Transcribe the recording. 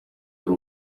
ari